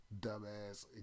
dumbass